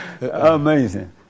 Amazing